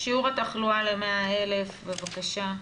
שיעור התחלואה ל-100,000, בבקשה.